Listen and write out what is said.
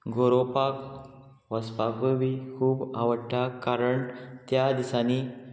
गोरोवपाक वचपाकूय बी खूब आवडटा कारण त्या दिसांनी